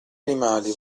animali